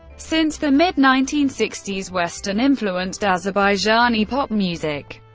since the mid nineteen sixty s, western-influenced azerbaijani pop music,